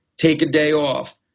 take a day off,